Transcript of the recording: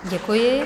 Děkuji.